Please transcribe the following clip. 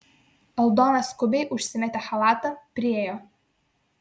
aldona skubiai užsimetė chalatą priėjo